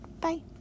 Bye